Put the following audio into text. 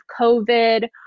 COVID